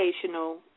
educational